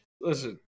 listen